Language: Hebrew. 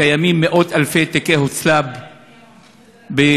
קיימים מאות-אלפי תיקי הוצל"פ בבתי-המשפט